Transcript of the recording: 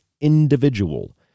individual